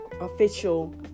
official